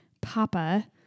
Papa